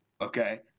okay